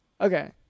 Okay